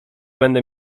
będę